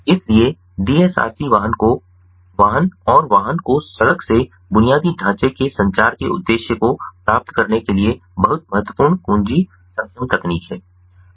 इसलिए डीएसआरसी वाहन को वाहन और वाहन को सड़क से बुनियादी ढांचे के संचार के उद्देश्य को प्राप्त करने के लिए बहुत महत्वपूर्ण कुंजी सक्षम तकनीक है